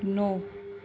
नौ